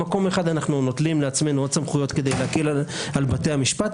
במקום אחד אנחנו נוטלים לעצמנו עוד סמכויות כדי להקל על בתי המשפט.